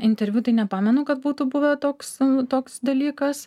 interviu tai nepamenu kad būtų buvę toks toks dalykas